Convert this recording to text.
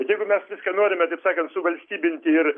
bet jeigu mes viską norime taip sakant suvalstybinti ir